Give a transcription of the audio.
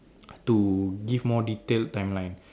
to give more detailed timeline